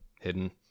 hidden